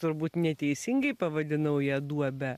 turbūt neteisingai pavadinau ją duobe